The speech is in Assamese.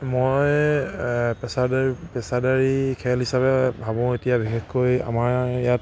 মই পেছাদাৰী পেছাদাৰী খেল হিচাপে ভাবোঁ এতিয়া বিশেষকৈ আমাৰ ইয়াত